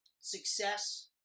success